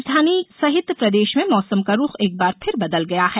राजधानी सहित प्रदेश में मौसम का रुख एक बार फिर बदल गया है